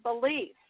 beliefs